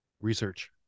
Research